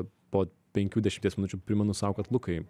po penkių dešimties minučių primenu sau kad lukai